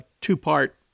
two-part